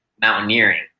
mountaineering